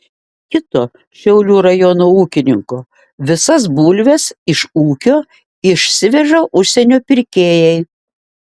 kito šiaulių rajono ūkininko visas bulves iš ūkio išsiveža užsienio pirkėjai